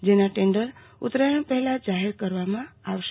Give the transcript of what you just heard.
જેના ટેન્ડર ઉતરાયણ પહેલા જાહેર કરવામાં આવશે